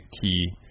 key